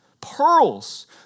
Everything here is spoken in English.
pearls